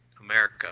America